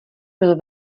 byl